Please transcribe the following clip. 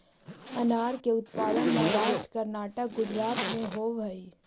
अनार के उत्पादन महाराष्ट्र, कर्नाटक, गुजरात में होवऽ हई